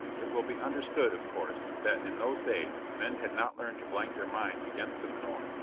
it will be understood, of course, that in those days men had not learned to blank their minds against the menore,